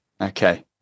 Okay